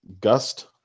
gust